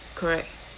correct